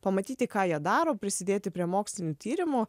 pamatyti ką jie daro prisidėti prie mokslinių tyrimų